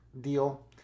deal